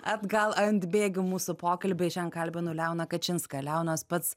atgal ant bėgių mūsų pokalbyje šiandien kalbinu leoną kačinską leonas pats